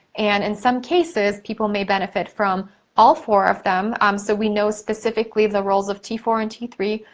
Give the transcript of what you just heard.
and in some cases, people may benefit from all four of them. um so, we know specifically the roles of t four and t three.